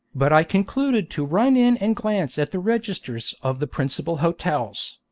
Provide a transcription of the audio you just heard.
but i concluded to run in and glance at the registers of the principal hotels.